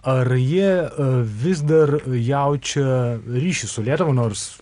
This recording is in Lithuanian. ar jie vis dar jaučia ryšį su lietuva nors